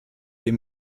des